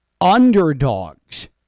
underdogs